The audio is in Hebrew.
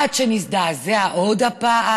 עד שנזדעזע עוד פעם.